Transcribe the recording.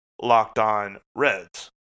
LockedOnReds